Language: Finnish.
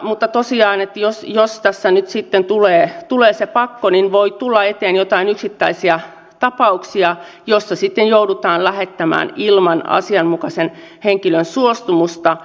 mutta tosiaan jos tässä nyt sitten tulee se pakko niin voi tulla eteen joitain yksittäisiä tapauksia joissa joudutaan lähettämään ilman asianmukaisen henkilön suostumusta